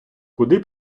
куди